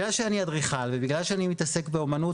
בגלל שאני אדריכל ובגלל שאני מתעסק באומנות,